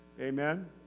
Amen